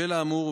בשל האמור,